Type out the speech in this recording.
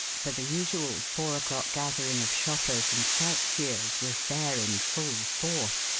for the usual four o'clock gathering of shoppers and sightseers was there in full force,